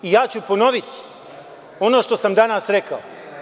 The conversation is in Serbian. Ja ću ponoviti ono što sam danas rekao.